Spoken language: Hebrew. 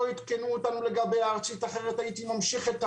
לא עדכנו אותנו לגבי הארצית אחרת הייתי ממשיך את ההליך.